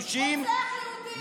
רוצח יהודים.